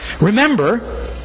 remember